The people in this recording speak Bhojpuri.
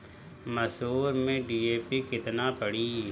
मसूर में डी.ए.पी केतना पड़ी?